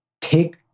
take